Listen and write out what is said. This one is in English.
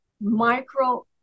micro